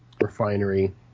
refinery